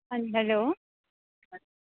hello